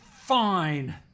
fine